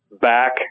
back